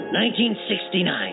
1969